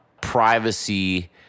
privacy